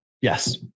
yes